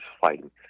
fighting